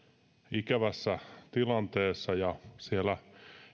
ikävässä tilanteessa siellä